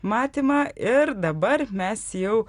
matymą ir dabar mes jau